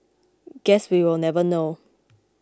guess we will never know